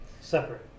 separate